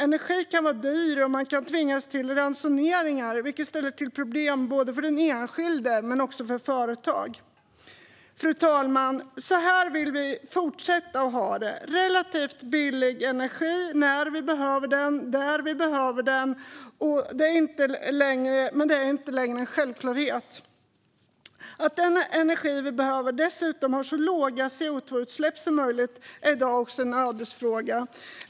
Energi kan vara dyr, och man kan tvingas till ransoneringar. Detta ställer till problem både för den enskilde och för företag. Fru talman! Så här vill vi fortsätta att ha det: relativt billig energi när vi behöver den, där vi behöver den. Men det är inte längre en självklarhet. Att den energi vi behöver ger så låga CO2-utsläpp som möjligt är i dag en ödesfråga.